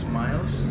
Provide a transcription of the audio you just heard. miles